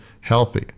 healthy